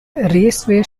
raceway